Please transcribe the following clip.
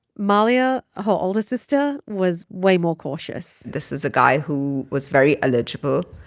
mahlia, her oldest sister, was way more cautious this is a guy who was very eligible.